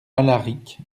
alaric